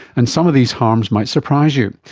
and some of these harms might surprise you.